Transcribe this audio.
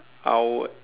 I would